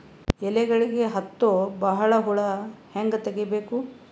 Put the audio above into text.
ಎಲೆಗಳಿಗೆ ಹತ್ತೋ ಬಹಳ ಹುಳ ಹಂಗ ತೆಗೀಬೆಕು?